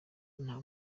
nta